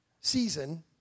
season